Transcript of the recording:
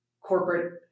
corporate